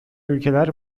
ülkeler